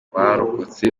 barokotse